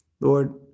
Lord